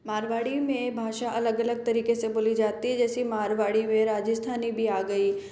मारवाड़ी में भाषा अलग अलग तरीके से बोली जाती है जैसी मारवाड़ी में राजस्थानी भी आ गई